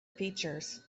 features